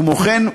כמו כן,